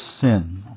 sin